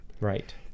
Right